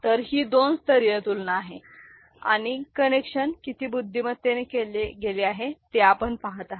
तर ही दोन स्तरीय तुलना आहे आणि कनेक्शन किती बुद्धिमत्तेने केले गेले ते आपण पाहता